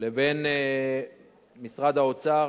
לבין משרד האוצר